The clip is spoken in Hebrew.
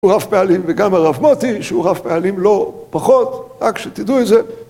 הוא רב פעלים וגם הרב מוטי שהוא רב פעלים לא פחות רק שתדעו את זה